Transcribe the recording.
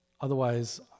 Otherwise